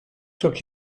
took